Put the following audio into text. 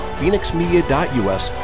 PhoenixMedia.us